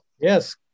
Yes